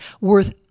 worth